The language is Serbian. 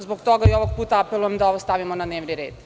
Zbog toga i ovog puta apelujem da ovo stavimo na dnevni red.